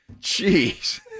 Jeez